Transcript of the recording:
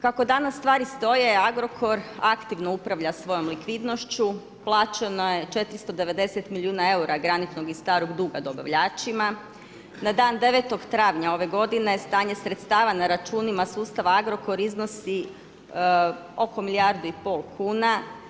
Kako danas stvari stoji, Agrokor, aktivno upravlja svojim likvidnošću, plaćeno je 490 milijuna eura, graničnog i starog duga dobavljačima, na dan 9. travanja ove godine, stanje sredstava na računima sustava Agrokor iznosi oko milijardu i pol kuna.